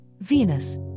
Venus